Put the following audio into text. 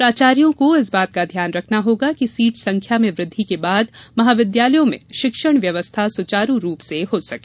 प्राचार्यो को इस बात का ध्यान रखना होगा कि सीट संख्या में वृद्धि के बाद महाविद्यालयों में शिक्षण व्यवस्था सुचारू रूप से हो सके